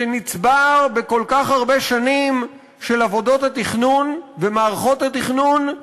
שנצבר בכל כך הרבה שנים של עבודות התכנון ומערכות התכנון,